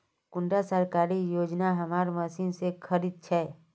कुंडा सरकारी योजना हमार मशीन से खरीद छै?